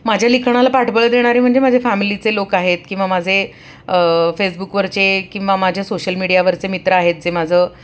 माझ्या लिखणाला पाठबळ देणारे म्हणजे माझे फॅमिलीचे लोक आहेत किंवा माझे फेसबुकवरचे किंवा माझ्या सोशल मीडियावरचे मित्र आहेत जे माझं